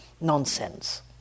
nonsense